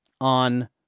on